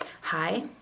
Hi